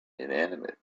inanimate